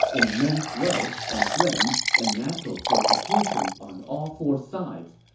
immense wealth and grain, and natural fortifications on all four sides.